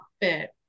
fit